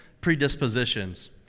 predispositions